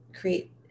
create